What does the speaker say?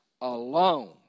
alone